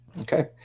Okay